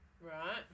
Right